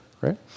right